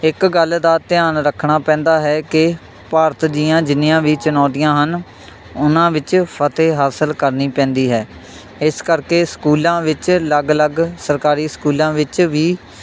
ਇੱਕ ਗੱਲ ਦਾ ਧਿਆਨ ਰੱਖਣਾ ਪੈਂਦਾ ਹੈ ਕਿ ਭਾਰਤ ਦੀਆਂ ਜਿੰਨੀਆਂ ਵੀ ਚੁਣੌਤੀਆਂ ਹਨ ਉਹਨਾਂ ਵਿੱਚ ਫਤਹਿ ਹਾਸਲ ਕਰਨੀ ਪੈਂਦੀ ਹੈ ਇਸ ਕਰਕੇ ਸਕੂਲਾਂ ਵਿੱਚ ਅਲੱਗ ਅਲੱਗ ਸਰਕਾਰੀ ਸਕੂਲਾਂ ਵਿੱਚ ਵੀ